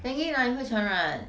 dengue 哪里会传染